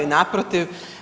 Naprotiv.